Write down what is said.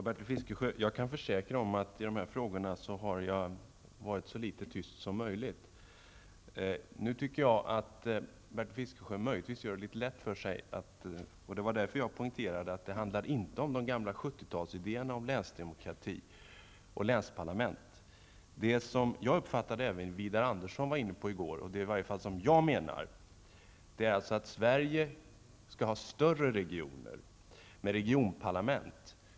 Herr talman! Jag kan försäkra Bertil Fiskesjö om att jag i dessa frågor har varit så litet tyst som möjligt. Jag tycker att Bertil Fiskesjö möjligtvis gör det litet lätt för sig, och det var därför jag poängterade att det inte handlar om de gamla 70 Jag menar, och jag uppfattade det så att även Widar Andersson i sitt anförande i går var inne på det, att Sverige skall ha större regioner med regionparlament.